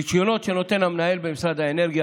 רישיונות שנותן המנהל במשרד האנרגיה,